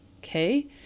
Okay